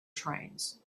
trains